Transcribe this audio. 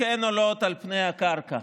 כן עולות על פני הקרקע,